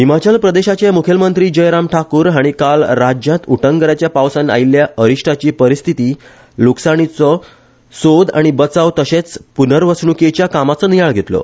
हिमाचल प्रदेशाचे मुखेलमंत्री जयराम ठाकुर हाणी काल राज्यांत उटंगराच्या पावसान आयिल्ल्या अरिष्ठाची परिस्थिती लुकसाणी सोद आनी बचाव तशेच पुर्नवसणुकेच्या कामाचो नियाळ घेतलो